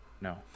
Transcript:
no